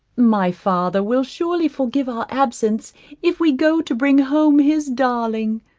my father will surely forgive our absence if we go to bring home his darling.